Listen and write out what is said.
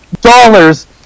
dollars